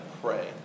pray